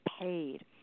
paid